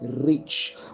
rich